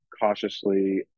cautiously